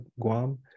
Guam